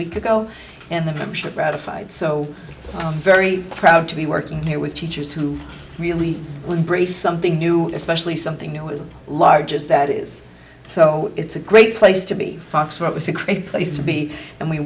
week ago and the membership ratified so i'm very proud to be working there with teachers who really embrace something new especially something new as large as that is so it's a great place to be foxworth was a great place to be and we